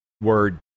word